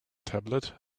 tablet